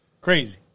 Crazy